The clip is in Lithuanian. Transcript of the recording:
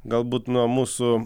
galbūt nuo mūsų